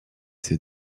ses